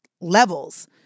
levels